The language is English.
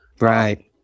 Right